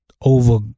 over